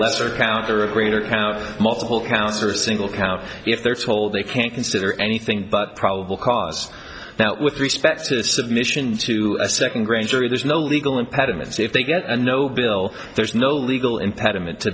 lesser pound or a greater multiple counts or single count if they're told they can't consider anything but probable cause that with respect to the submission to a second grand jury there's no legal impediment so if they get a no bill there's no legal impediment to